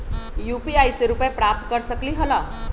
UPI से रुपए प्राप्त कर सकलीहल?